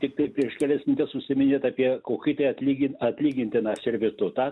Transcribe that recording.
tiktai prieš kelias minutes užsiminėt apie kokį tai atlygi atlygintiną servitutą